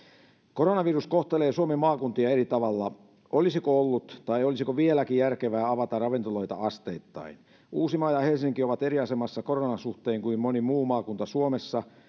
koronavirus kohtelee suomen maakuntia eri tavalla olisiko ollut tai olisiko vieläkin järkevää avata ravintoloita asteittain uusimaa ja helsinki ovat koronan suhteen eri asemassa kuin moni muu maakunta suomessa